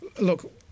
Look